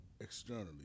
externally